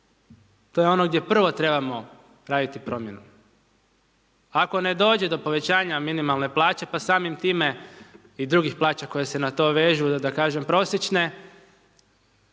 To je ono gdje prvo trebamo raditi promjenu. Ako ne dođe do povećanja minimalne plaće i drugih plaća koji se na to vežu, da kažem prosječne,